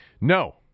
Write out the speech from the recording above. No